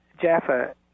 Jaffa